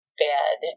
bed